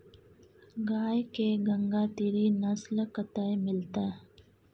गाय के गंगातीरी नस्ल कतय मिलतै?